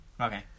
Okay